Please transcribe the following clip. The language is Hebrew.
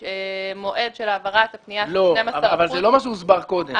המועד של העברת 12 אחוזים --- זה לא מה שהוסבר קודם.